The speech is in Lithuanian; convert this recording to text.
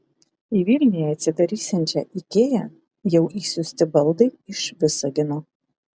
į vilniuje atsidarysiančią ikea jau išsiųsti baldai iš visagino